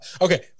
Okay